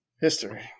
History